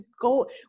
go